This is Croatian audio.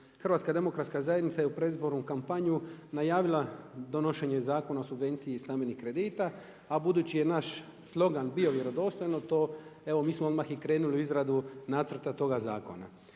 Boban. I zaista HDZ je u predizbornu kampanju najavila donošenje Zakona o subvenciji stambenih kredita a budući je naš slogan bio vjerodostojno to evo mi smo odmah i krenuli u izradu nacrta toga zakona.